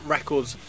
Records